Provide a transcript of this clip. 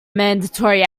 mandatory